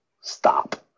stop